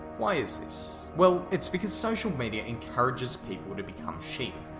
why is this? well, it's because social media encourages people to become sheep.